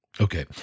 Okay